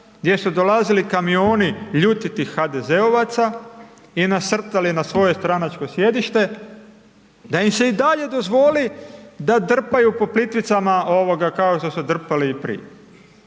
gdje su dolazili kamioni ljutitih HDZ-ovaca i nasrtali na svoj stranačko sjedište, da im se dalje dozvoli da drpaju po Plitvicama kao što su drpali i prije.